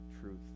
truth